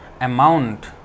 amount